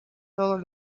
todos